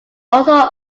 also